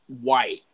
white